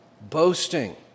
boasting